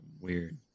weird